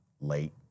Late